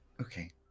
Okay